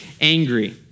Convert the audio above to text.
angry